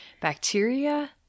bacteria